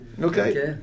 Okay